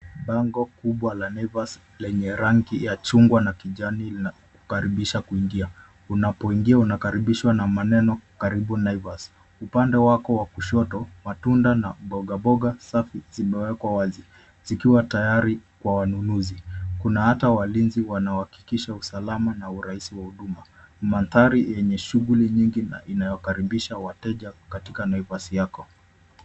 Bango kubwa la NAIVAS lenye rangi ya chungwa na kijani linakaribisha kuingia. Unapoingia unakaribishwa na maneno "karibu naivas". Upande wako kushoto, matunda na mboga mboga safi zimewekwa wazi zikiwa tayari kwa wanunuzi, kuna hata walinzi wanaohakikisha usalama na urahisi wa huduma. Mandhari yenye shughuli nyingi na inayokaribisha wateja katika naivas yako.